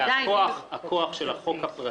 היועץ המשפטי של הכנסת איל ינון: הכוח של החוק הפרטי,